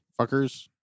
Fuckers